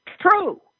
true